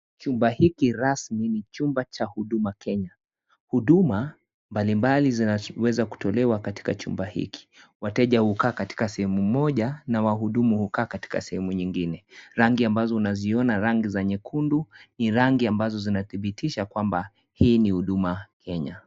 Chumba hiki rasmi ni chumba cha Huduma Kenya. Huduma mbalimbali zinaweza kutolewa katika chumba hiki. Wateja hukaa katika sehemu moja na wahudumu hukaa katika sehemu nyingine. Rangi ambazo unaziona rangi za nyekundu ni rangi ambazo zinadhibitisha kwamba hii ni Huduma Kenya.